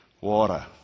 water